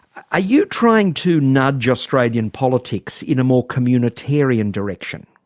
ah you trying to nudge australian politics in a more communitarian direction?